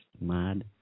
mad